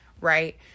Right